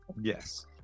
yes